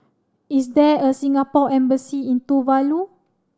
is there a Singapore Embassy in Tuvalu